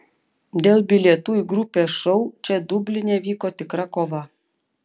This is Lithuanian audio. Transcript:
dėl bilietų į grupės šou čia dubline vyko tikra kova